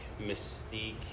mystique